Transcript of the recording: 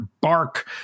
bark